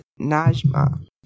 najma